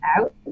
out